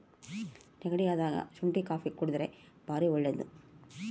ನೆಗಡಿ ಅದಾಗ ಶುಂಟಿ ಕಾಪಿ ಕುಡರ್ದೆ ಬಾರಿ ಒಳ್ಳೆದು